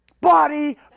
body